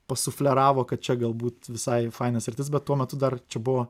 pasufleravo kad čia galbūt visai faina sritis bet tuo metu dar čia buvo